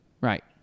Right